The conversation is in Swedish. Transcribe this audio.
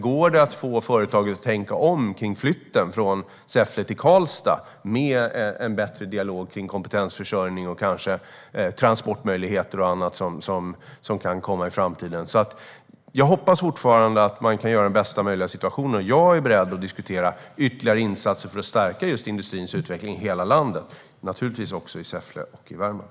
Går det att få företaget att tänka om kring flytten från Säffle till Karlstad genom en bättre dialog om kompetensförsörjning, transportmöjligheter och annat? Jag hoppas fortfarande att man kan göra det bästa möjliga av situationen. Jag är beredd att diskutera ytterligare insatser för att stärka just industrins utveckling i hela landet, och naturligtvis också i Säffle och i Värmland.